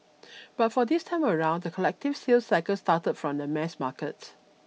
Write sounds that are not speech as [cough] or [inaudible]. [noise] but for this time around the collective sales cycle started from the mass market